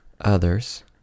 others